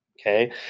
Okay